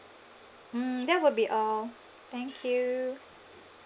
mm that would be all thank you